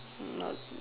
mm not